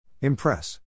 Impress